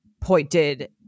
pointed